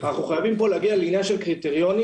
אנחנו חייבים פה להגיע לעניין של קריטריונים,